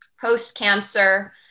post-cancer